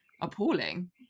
appalling